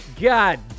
God